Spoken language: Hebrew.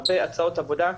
הרבה הצעות עבודה,